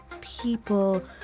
people